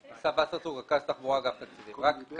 רכז תחבורה, אגף התקציבים, משרד האוצר.